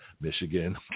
Michigan